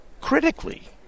critically